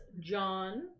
John